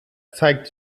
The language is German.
zeigt